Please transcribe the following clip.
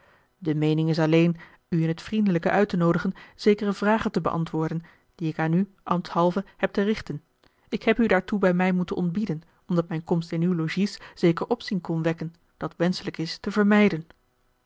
de meening is alleen u in t vriendelijke uit te noodigen zekere vragen te beantwoorden die ik aan u ambtshalve heb te richten ik heb u daartoe bij mij moeten ontbieden omdat mijne komst in uw logies zeker opzien kon wekken dat wenschelijk is te vermijden